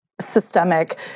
systemic